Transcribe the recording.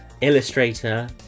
illustrator